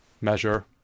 measure